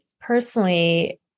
personally